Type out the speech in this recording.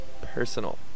personal